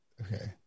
okay